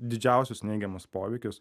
didžiausius neigiamus poveikius